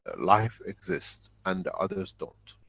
ah life exist and others don't?